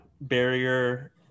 barrier